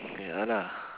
ya lah